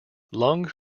lung